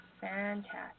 Fantastic